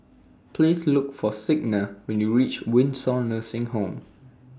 Please Look For Signa when YOU REACH Windsor Nursing Home